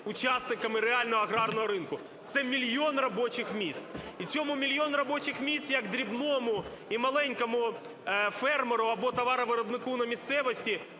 учасниками реального аграрного ринку. Це мільйон робочих місць. І цьому мільйону робочих місць як дрібному і маленькому фермеру або товаровиробнику на місцевості,